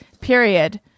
period